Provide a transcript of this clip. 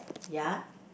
ya